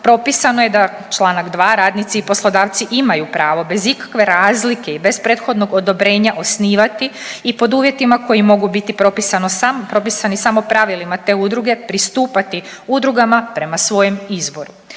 propisano je da članak 2. radnici i poslodavci imaju pravo bez ikakve razlike i bez prethodnog odobrenja osnivati i pod uvjetima koji mogu biti propisani samo pravilima te udruge pristupati udrugama prema svojem izboru.